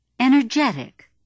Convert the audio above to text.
energetic